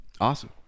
awesome